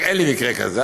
אין לי מקרה כזה.